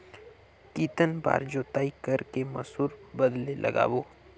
कितन बार जोताई कर के मसूर बदले लगाबो?